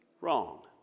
wrong